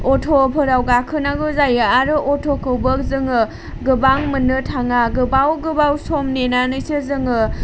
अट'फोराव गाखोनांगौ जायो आरो अट'खौबो जोङो गोबां मोननो थाङा गोबाव गोबाव सम नेनानैसो जोङो